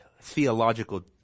theological